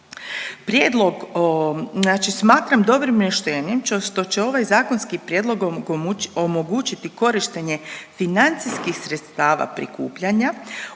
Prijedlog o, znači smatram dobrim rješenjem što će ovaj zakonski prijedlog omogućiti korištenje financijskih sredstava prikupljanja